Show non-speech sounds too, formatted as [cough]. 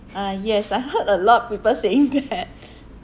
uh yes I heard a lot people saying that [laughs]